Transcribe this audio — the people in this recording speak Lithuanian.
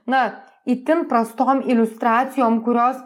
na itin prastom iliustracijom kurios